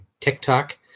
TikTok